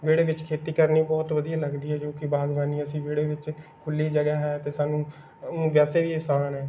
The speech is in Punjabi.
ਵਿਹੜੇ ਵਿੱਚ ਖੇਤੀ ਕਰਨੀ ਬਹੁਤ ਵਧੀਆ ਲੱਗਦੀ ਹੈ ਜੋ ਕਿ ਬਾਗਵਾਨੀ ਅਸੀਂ ਵਿਹੜੇ ਵਿੱਚ ਖੁੱਲੀ ਜਗ੍ਹਾ ਹੈ ਅਤੇ ਸਾਨੂੰ ਵੈਸੇ ਵੀ ਆਸਾਨ ਹੈ